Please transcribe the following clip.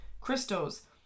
Crystals